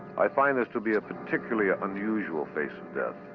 i find this to be a particularly ah unusual face of death,